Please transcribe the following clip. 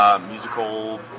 Musical